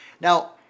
Now